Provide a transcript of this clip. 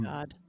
God